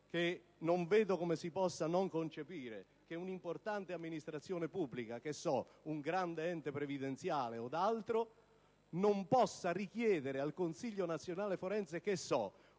che non vedo come si possa non concepire che un'importante amministrazione pubblica - che so - un grande Ente previdenziale od altro non possa richiedere al Consiglio nazionale forense - che so